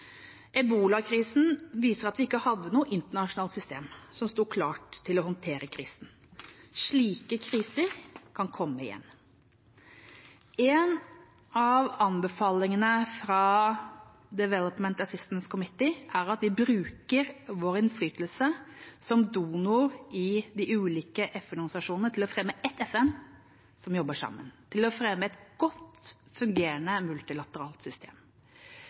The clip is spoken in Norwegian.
Ebolakrisen viste at vi ikke hadde noe internasjonalt system som sto klart til å håndtere krisen. Slike kriser kan komme igjen. En av anbefalingene fra Development Assistance Committee er at vi bruker vår innflytelse som donor i de ulike FN-organisasjonene til å fremme ett FN som jobber sammen, til å fremme et godt fungerende multilateralt system.